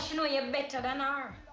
you know you're better than ah her?